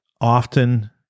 Often